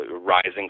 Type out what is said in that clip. rising